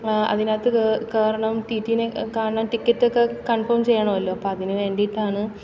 അതിനകത്തു കയറണം റ്റി റ്റിനെ കാണണം ടിക്കറ്റൊക്കെ കൺഫോം ചെയ്യണമല്ലൊ അപ്പോൾ അതിനു വേണ്ടിയിട്ടാണ്